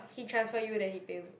he transfer you then he pay you b~